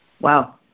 Wow